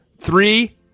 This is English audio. three